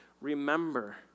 Remember